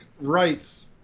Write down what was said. rights